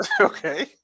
Okay